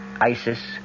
Isis